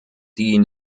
die